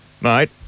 mate